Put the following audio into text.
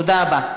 תודה רבה.